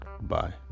Bye